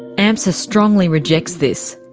amsa strongly rejects this.